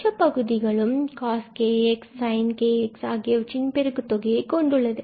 மற்ற பகுதிகளும் coskx and sinkx ஆகியவற்றின் பெருக்கு தொகையைக் கொண்டுள்ளது